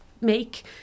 make